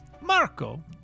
Marco